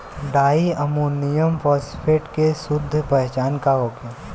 Di ammonium phosphate के शुद्ध पहचान का होखे?